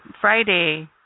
Friday